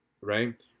right